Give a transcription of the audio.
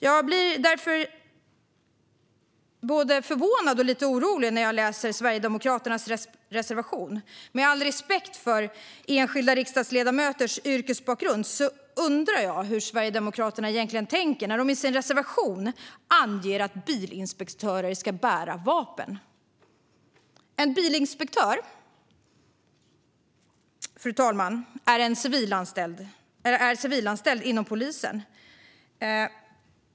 Jag blir både förvånad och lite orolig när jag läser Sverigedemokraternas reservation. Med all respekt för enskilda riksdagsledamöters yrkesbakgrund undrar jag hur Sverigedemokraterna tänker när de i sin reservation anger att bilinspektörer ska bära vapen. En bilinspektör är civilanställd inom polisen, fru talman.